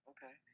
Okay